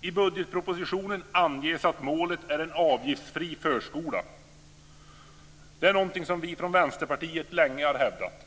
I budgetpropositionen anges att målet är en avgiftsfri förskola, något som vi från Vänsterpartiet länge har hävdat.